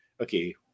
okay